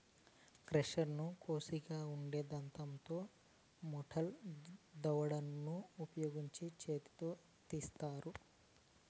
కష్మెరెను కోషిగా ఉండే దంతాలతో మెటల్ దువ్వెనను ఉపయోగించి చేతితో తీస్తారు